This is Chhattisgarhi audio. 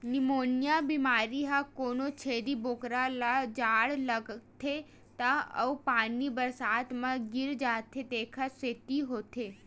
निमोनिया बेमारी ह कोनो छेरी बोकरा ल जाड़ लागथे त अउ पानी बरसात म भीग जाथे तेखर सेती होथे